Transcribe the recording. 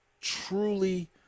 truly